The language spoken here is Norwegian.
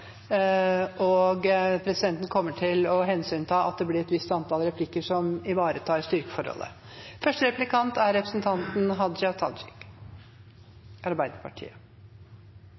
og presidenten kommer til å hensynta at det blir et antall replikker som ivaretar styrkeforholdet. Eg registrerer at finansministeren i innlegget sitt er